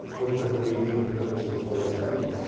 portraits that they did of members of the royal family.